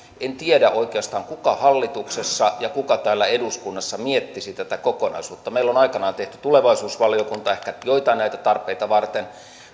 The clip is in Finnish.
en tiedä oikeastaan kuka hallituksessa ja kuka täällä eduskunnassa miettisi tätä kokonaisuutta meillä on aikanaan tehty tulevaisuusvaliokunta ehkä joitain näitä tarpeita varten